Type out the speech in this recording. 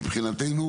מבחינתי,